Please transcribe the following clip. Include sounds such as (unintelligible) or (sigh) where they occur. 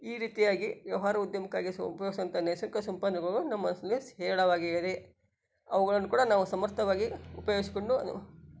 ಈ ರೀತಿಯಾಗಿ ವ್ಯವ್ಹಾರ ಉದ್ಯಮಕ್ಕಾಗಿ (unintelligible) ನೈಸರ್ಗಿಕ ಸಂಪನ್ನಗಳು ನಮ್ಮಲ್ಲಿ ಸ್ ಹೇರಳವಾಗಿ ಹೇರಿ ಅವುಗಳನ್ನು ಕೂಡ ನಾವು ಸಮರ್ಥವಾಗಿ ಉಪಯೋಗಿಸ್ಕೊಂಡು